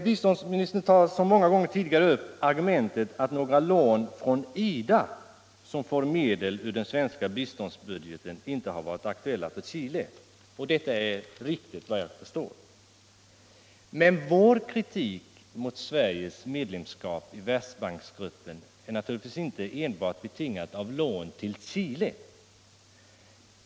Biståndsministern tar som många gånger tidigare upp argumentet att några lån från IDA som får medel ur den svenska biståndsbudgeten inte har varit aktuella för Chile, och det är riktigt, såvitt jag förstår. Men vår kritik mot Sveriges medlemskap i Världsbanksgruppen är naturligtvis inte enbart betingad av lån till Chile.